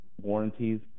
warranties